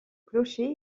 clocher